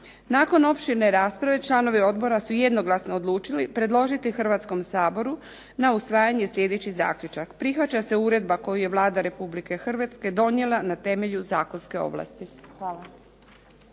Nakon opširne rasprave članovi odbora su jednoglasno odlučili predložiti Hrvatskom saboru na usvajanje slijedeći zaključak: "Prihvaća se Uredba koju je Vlada Republike Hrvatske donijela na temelju zakonske ovlasti." Hvala.